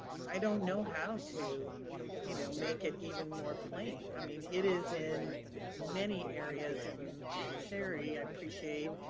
i don't know how to you know make it even more plain. i mean it is in many areas. and and sherri, i appreciate,